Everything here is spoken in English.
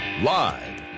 Live